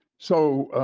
so